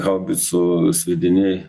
haubicų sviediniai